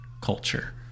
culture